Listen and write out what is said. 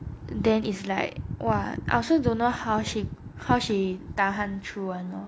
then it's like !wah! I also don't know how she how she tahan through [one] lor